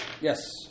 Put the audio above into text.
Yes